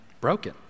broken